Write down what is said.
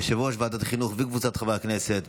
יושב-ראש ועדת החינוך, וקבוצת חברי הכנסת.